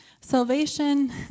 Salvation